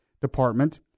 Department